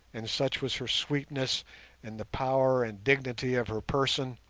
and such was her sweetness and the power and dignity of her person,